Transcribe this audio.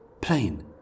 Plain